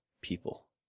people